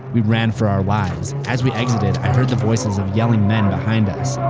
we ran for our lives. as we exited i heard the voices of yelling men behind us.